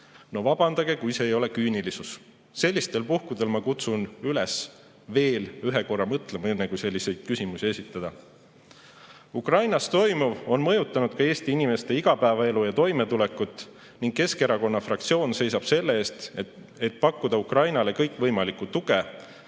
no vabandage, see [on] küünilisus! Ma kutsun üles sellistel puhkudel veel ühe korra mõtlema, enne kui selliseid küsimusi esitada. Ukrainas toimuv on mõjutanud ka Eesti inimeste igapäevaelu ja toimetulekut. Keskerakonna fraktsioon seisab selle eest, et pakkuda Ukrainale kõikvõimalikku tuge